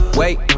wait